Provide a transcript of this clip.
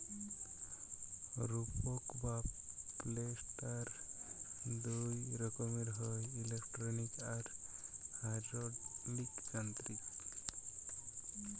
রোপক বা প্ল্যান্টার দুই রকমের হয়, ইলেকট্রিক আর হাইড্রলিক যান্ত্রিক